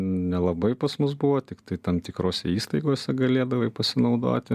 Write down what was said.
nelabai pas mus buvo tiktai tam tikrose įstaigose galėdavai pasinaudoti